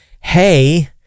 hey